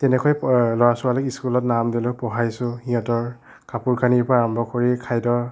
তেনেকৈ ল'ৰা ছোৱালীক স্কুলত নাম দিলোঁ পঢ়াইছোঁ সিহঁতৰ কাপোৰ কানিৰ পৰা আৰম্ভ কৰি খাদ্য